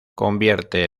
convierte